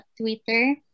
Twitter